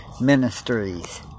Ministries